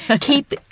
Keep